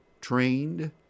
trained